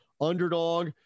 underdog